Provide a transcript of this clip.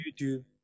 YouTube